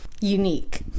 unique